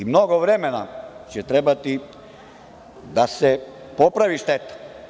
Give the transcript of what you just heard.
Mnogo vremena će trebati da se popravi šteta.